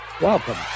welcome